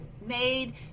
made